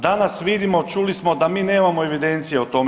Danas vidimo, čuli smo da mi nemamo evidencije o tome.